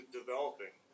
developing